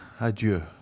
adieu